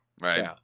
right